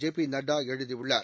JP Nadda எழுதியுள்ளார்